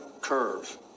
curve